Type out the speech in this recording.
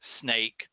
snake